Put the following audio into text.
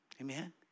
amen